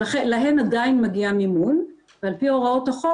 שלהן עדיין מגיע מימון ועל פי הוראות החוק